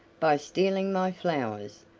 by stealing my flowers!